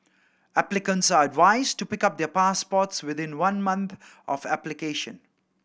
applicants are advised to pick up their passports within one month of application